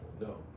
No